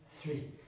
three